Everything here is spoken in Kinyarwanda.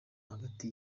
hagati